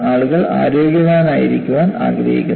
ആളുകൾ ആരോഗ്യവാനായിരിക്കാൻ ആഗ്രഹിക്കുന്നു